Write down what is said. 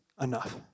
enough